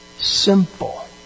simple